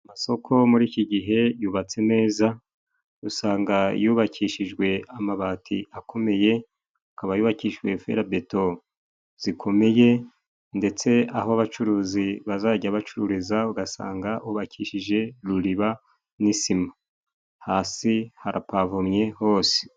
Amasoko muri iki gihe yubatse neza usanga yubakishijwe amabati akomeye, akaba yubakishyujwe ferabeto zikomeye, ndetse aho abacuruzi bazajya bacururiza ugasanga ubakishije ruriba n'isima hasi harapavumye hose.